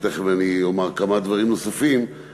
ותכף אני אומר כמה דברים נוספים,